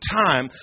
time